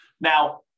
Now